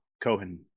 Cohen